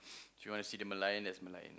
if you wanna see the Merlion there's a Merlion